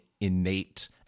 innate